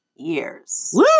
Years